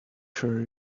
sure